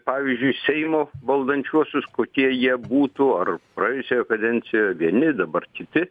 pavyzdžiui seimo valdančiuosius kokie jie būtų ar praėjusioje kadencijoj vieni dabar kiti